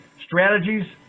strategies